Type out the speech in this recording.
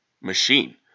machine